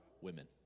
women